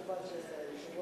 חבר הכנסת מילר.